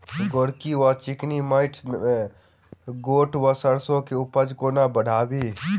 गोरकी वा चिकनी मैंट मे गोट वा सैरसो केँ उपज कोना बढ़ाबी?